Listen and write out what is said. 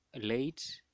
late